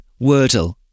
Wordle